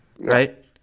right